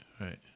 right